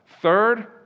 Third